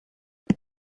the